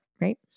right